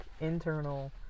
internal